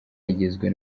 igizwe